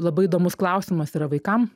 labai įdomus klausimas yra vaikam